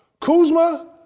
Kuzma